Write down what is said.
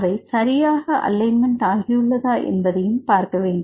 அவை சரியாக அலைன்மென்ட் ஆகியுள்ளதா என்பதையும் பார்க்க வேண்டும்